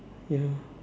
ya